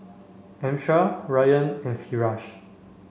Amsyar Ryan and Firash